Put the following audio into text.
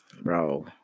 Bro